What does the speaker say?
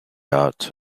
art